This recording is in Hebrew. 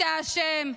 אתה אשם.